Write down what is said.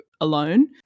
alone